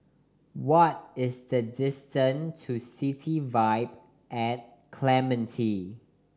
what is the distance to City Vibe at Clementi